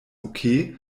okay